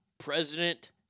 President